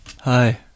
Hi